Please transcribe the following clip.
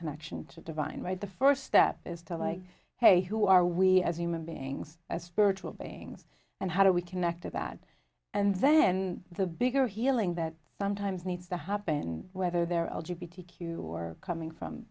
connection to divine right the first step is to like hey who are we as human beings as spiritual beings and how do we connect a bad and then the bigger healing that sometimes needs to happen whether they're old g b t q or coming from